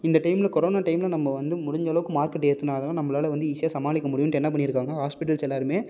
இந்த டைமில் கொரோனா டைமில் நம்ம வந்து முடிஞ்ச அளவுக்கு மார்க்கெட் ஏத்தினாதான் நம்மளால வந்து ஈஸியாக சமாளிக்க முடியுனுட்டு என்ன பண்ணியிருக்காங்க ஹாஸ்பிட்டல்ஸ் எல்லோருமே